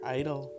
idol